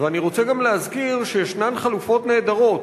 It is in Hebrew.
ואני רוצה גם להזכיר שיש חלופות נהדרות,